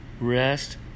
rest